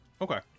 Okay